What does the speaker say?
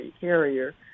carrier